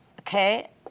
Okay